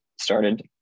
started